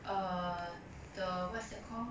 err the what's that called